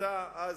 רצה אז,